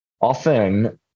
often